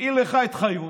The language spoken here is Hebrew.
הפעיל לך את חיות.